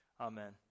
Amen